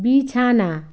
বিছানা